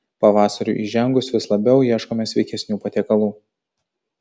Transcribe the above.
pavasariui įžengus vis labiau ieškome sveikesnių patiekalų